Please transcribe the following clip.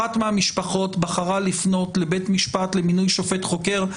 אחת מהמשפחות בחרה לפנות לבית משפט למינוי שופט חוקר.